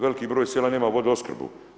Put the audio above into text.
Veliki broj sela nema vodoopskrbu.